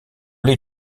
les